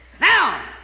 Now